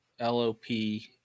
lop